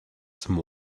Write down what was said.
some